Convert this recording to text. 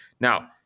Now